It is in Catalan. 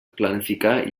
planificar